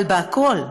אבל בכול,